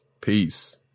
Peace